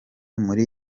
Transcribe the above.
muri